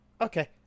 Okay